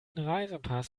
reisepass